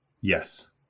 yes